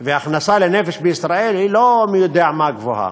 ההכנסה לנפש בישראל היא לא מי-יודע-מה גבוהה.